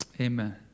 Amen